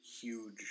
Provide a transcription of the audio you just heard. huge